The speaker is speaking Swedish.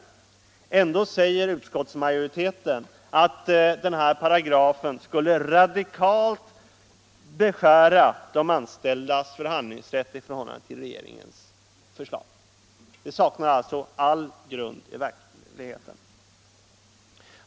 Ändå säger utskottsmajoriteten att denna paragraf skulle radikalt beskära de anställdas förhandlingsrätt i förhållande till regeringens förslag. Detta saknar all grund i verkligheten.